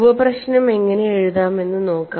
ഉപ പ്രശ്നം എങ്ങനെ എഴുതാമെന്ന് നോക്കാം